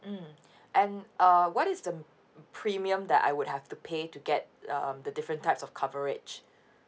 mm and uh what is the premium that I would have to pay to get um the different types of coverage